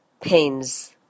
pains